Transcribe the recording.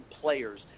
players